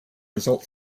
result